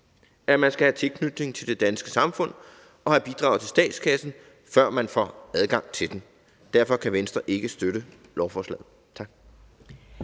at man skal have tilknytning til det danske samfund og have bidraget til statskassen, før man får adgang til den. Derfor kan Venstre ikke støtte lovforslaget.